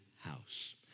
house